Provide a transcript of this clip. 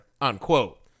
unquote